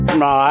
no